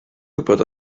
gwybod